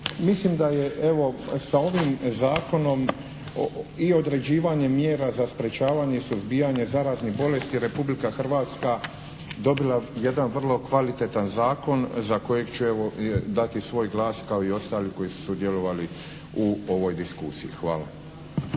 Mislim da je evo sa ovim zakonom i određivanjem mjera za sprječavanje i suzbijanje zaraznih bolesti Republika Hrvatska dobila jedan vrlo kvalitetan zakon za kojeg ću evo dati svoj glas kao i ostali koji su sudjelovali u ovoj diskusiji. Hvala.